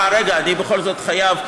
אה, רגע, אני בכל זאת חייב.